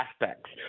aspects